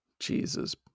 Jesus